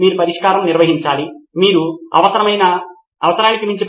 మీరు దానిని వ్రాయగలిగితే దాని నుండి సంకలనం చేయండి తద్వారా మీరు చూడటం లేదా నిర్మించడం సులభం